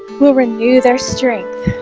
will renew their strength